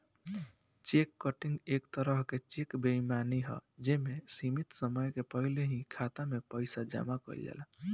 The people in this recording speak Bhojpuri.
चेक कटिंग एक तरह के चेक बेईमानी ह जे में सीमित समय के पहिल ही खाता में पइसा जामा कइल जाला